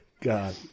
God